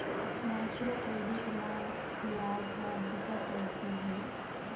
micro credit म बियाज ह बिकट रहिथे भई